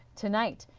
tonight.